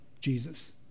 Jesus